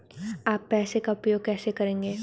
आप पैसे का उपयोग कैसे करेंगे?